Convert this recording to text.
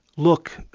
look,